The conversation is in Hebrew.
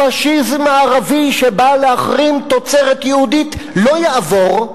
הפאשיזם הערבי שבא להחרים תוצרת יהודית לא יעבור,